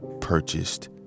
purchased